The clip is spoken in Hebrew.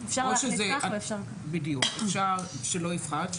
אפשר שלא יפחת,